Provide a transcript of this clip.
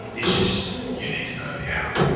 it's just you need to know how.